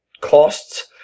costs